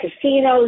casinos